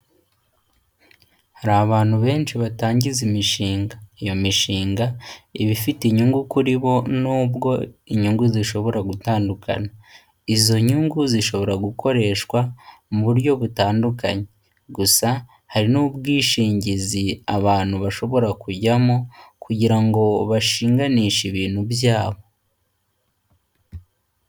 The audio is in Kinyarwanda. Hari abantu benshi batangiza imishinga, iyo mishinga iba ifite inyungu kuri bo, nubwo inyungu zishobora gutandukana, izo nyungu zishobora gukoreshwa mu buryo butandukanye, gusa hari n'ubwishingizi abantu bashobora kujyamo kugira ngo bashinganishe ibintu byabo.